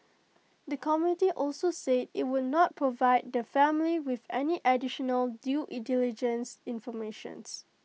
the committee also say IT would not provide the family with any additional due diligence information